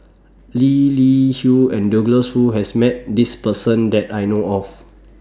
Lee Li Hui and Douglas Foo has Met This Person that I know of